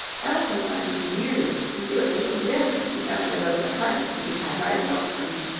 elsa wanted to be near you, and she was tickled to death when she found there was an apartment to be had right across from you.